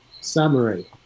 summary